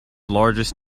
largest